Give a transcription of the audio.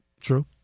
true